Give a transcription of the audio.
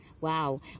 Wow